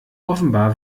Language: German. offenbar